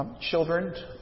Children